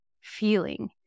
feeling